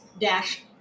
dash